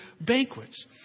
banquets